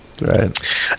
Right